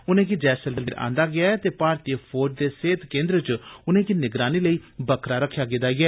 उनेंगी जैसलमेर आंदा गेआ ऐ ते भारतीय फौज दे सेहत केंद्र च उनेंगी निगरानी लेई बक्खरा रक्खेआ गेदा ऐ